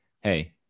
hey